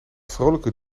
vrolijke